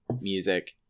music